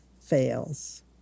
fails